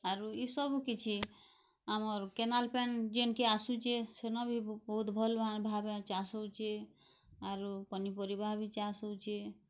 ଆରୁ ଇ ସବୁ କିଛି ଆମର୍ କେନାଲ୍ ପେ୍ନ୍ ଜେନକେ ଆସୁଛି ସେନ୍ ବି ବହୁତ ଭଲ୍ ଭାବେ ଚାଷ୍ ହଉଛି ଆରୁ ପନିପରିବା ବି ଚାଷ୍ ହଉଛି